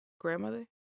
grandmother